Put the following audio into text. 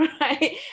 right